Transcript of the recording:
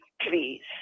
please